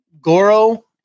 Goro